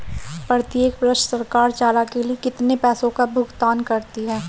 प्रत्येक वर्ष सरकार चारा के लिए कितने पैसों का भुगतान करती है?